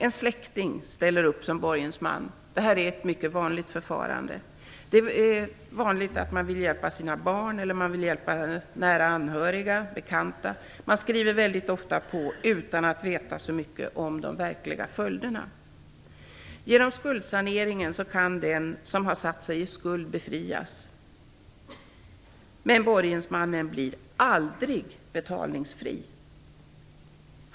En släkting ställer upp som borgensman. Det är ett mycket vanligt förfarande, då man vill hjälpa sina barn, nära anhöriga eller bekanta. Man skriver ofta på utan att veta så mycket om de verkliga följderna. Genom skuldsaneringen kan den som har satt sig i skuld befrias, men borgensmannen blir aldrig betalningsfri.